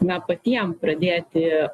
na patiem pradėti